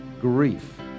grief